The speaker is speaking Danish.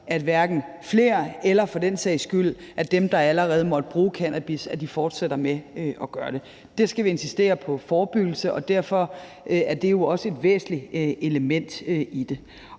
bruger cannabis, eller for den sags skyld, at dem, der allerede måtte bruge cannabis, fortsætter med at gøre det. Vi skal insistere på forebyggelse, og derfor er det jo også et væsentligt element i det.